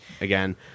again